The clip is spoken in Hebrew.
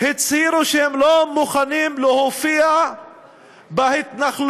הצהירו שהם לא מוכנים להופיע בהתנחלויות,